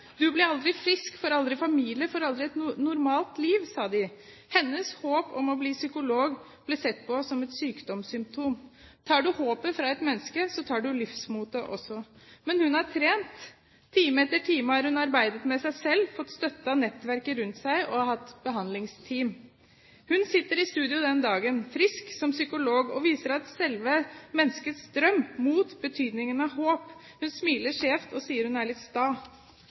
Du blir aldri frisk, får aldri familie, får aldri et normalt liv, sa de. Hennes håp om å bli psykolog ble sett på som et sykdomssymptom. Tar du håpet fra et menneske, tar du livsmotet fra det også. Men hun har trent. Time etter time har hun arbeidet med seg selv. Hun har fått støtte av nettverket rundt seg og hatt behandlingsteam. Hun sitter i studio denne dagen, frisk, som psykolog, og viser selve menneskets drøm, mot, betydningen av håp. Hun smiler skjevt og sier hun er litt sta.